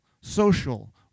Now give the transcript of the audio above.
social